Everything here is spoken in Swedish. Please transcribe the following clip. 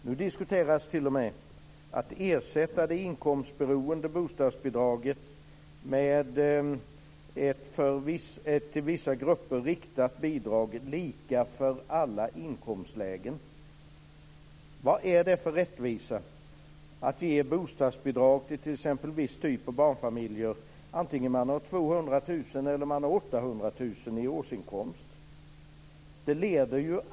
Nu diskuteras t.o.m. att ersätta det inkomstberoende bostadsbidraget med ett till vissa grupper riktat bidrag som är lika för alla inkomstlägen. Vad är det för rättvisa att ge bostadsbidrag t.ex. till en viss typ av barnfamiljer oavsett om man har 200 000 kr eller 800 000 kr i årsinkomst?